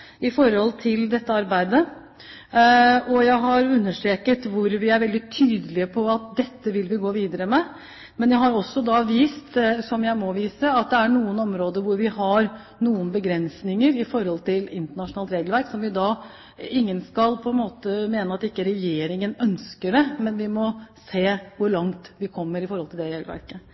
i forhold til maritim næring. Jeg har gått gjennom de ulike virkemidlene vi har for dette arbeidet. Jeg har understreket på hvilke områder vi er veldig tydelige på at dette vil vi gå videre med, men jeg har også vist til – som jeg må gjøre – at det på noen områder er begrensninger i forhold til internasjonalt regelverk. Ingen skal mene at Regjeringen ikke ønsker det, men vi må se hvor langt vi kommer i forhold til regelverket. Jeg vil understreke at det